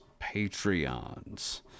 Patreons